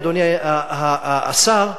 אדוני השר,